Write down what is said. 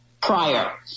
prior